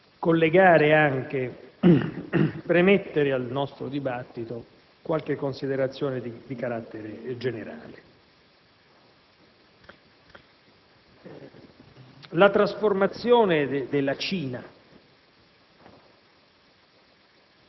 vorrei premettere al nostro dibattito qualche considerazione di carattere generale. La trasformazione della Cina